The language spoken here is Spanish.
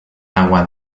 agua